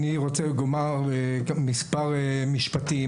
אני רוצה לומר מספר משפטים.